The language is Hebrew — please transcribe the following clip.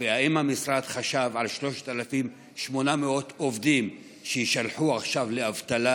האם המשרד חשב על 3,800 עובדים שיישלחו עכשיו לאבטלה?